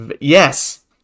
Yes